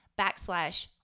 backslash